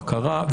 בקרה,